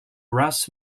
ras